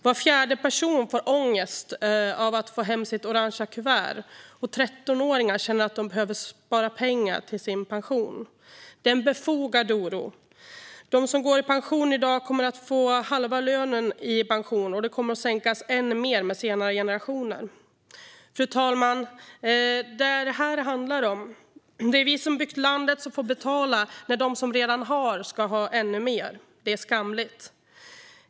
Var fjärde person får ångest av att få hem sitt orange kuvert, och 13-åringar känner att de behöver spara pengar till sin pension. Det är en befogad oro. De som går i pension i dag kommer att få halva lönen i pension, och det kommer att sänkas än mer för senare generationer. Fru talman! Det är detta det handlar om. Det är vi som byggt landet som får betala när de som redan har ska ha ännu mer. Det är skamligt!